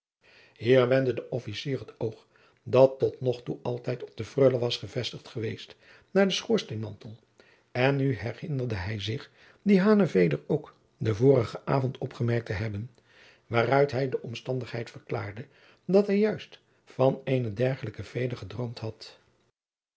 wendde de officier het oog dat tot nog toe altijd op de freule was gevestigd geweest naar den schoorsteenmantel en nu herinnerde hij zich dien hanenveder ook den vorigen avond opgemerkt te hebben waaruit hij de omstandigheid verklaarde dat hij juist van eenen dergelijken veder gedroomd had